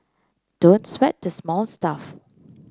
don't sweat the small stuff